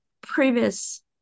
previous